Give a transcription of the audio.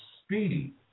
speed